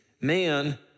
man